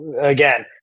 again